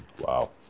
Wow